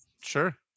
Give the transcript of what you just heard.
sure